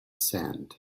sand